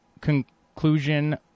conclusion